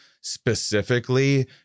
specifically